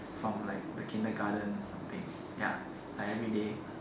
from like the kindergarten or something ya like everyday